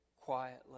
quietly